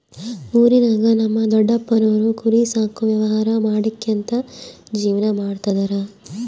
ಊರಿನಾಗ ನಮ್ ದೊಡಪ್ಪನೋರು ಕುರಿ ಸಾಕೋ ವ್ಯವಹಾರ ಮಾಡ್ಕ್ಯಂತ ಜೀವನ ಮಾಡ್ತದರ